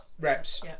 reps